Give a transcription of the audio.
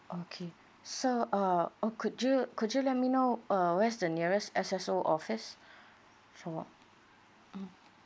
okay so uh or could you could you let me know uh where's the nearest S_S_O office for mm